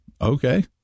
Okay